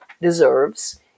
deserves